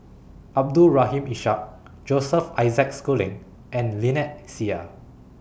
Abdul Rahim Ishak Joseph Isaac Schooling and Lynnette Seah